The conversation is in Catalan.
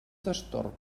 destorb